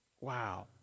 Wow